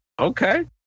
Okay